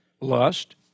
lust